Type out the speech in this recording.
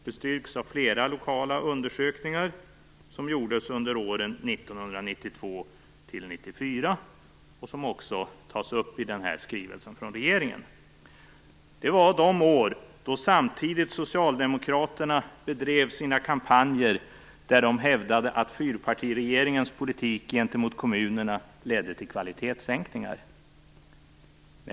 Det bestyrks av flera lokala undersökningar som gjordes under åren 1992-1994 - vilket också tas upp i skrivelsen från regeringen - dvs. de år då Socialdemokraterna också drev sina kampanjer där de hävdade att fyrpartiregeringens politik gentemot kommunerna ledde till kvalitetssänkningar.